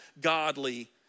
godly